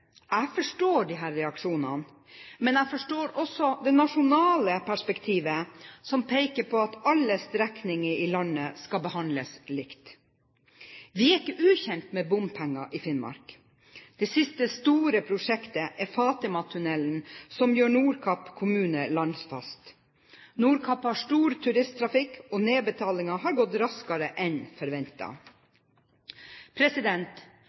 Jeg forstår disse reaksjonene, men jeg forstår også «det nasjonale perspektivet», som peker på at alle strekninger i landet skal behandles likt. Vi er ikke ukjent med bompenger i Finnmark. Det siste store prosjektet er Fatima-tunnelen, som gjør Nordkapp kommune landfast. Nordkapp har stor turisttrafikk, og nedbetalingen har gått raskere enn